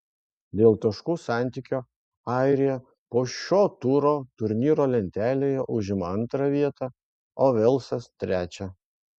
dėl taškų santykio airija po šio turo turnyro lentelėje užima antrą vietą o velsas trečią